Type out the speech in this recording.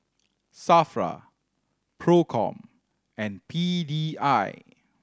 SAFRA Procom and P D I